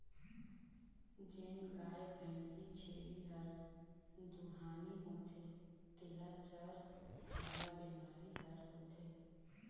जेन गाय, भइसी, छेरी हर दुहानी होथे तेला जर वाला बेमारी हर होथे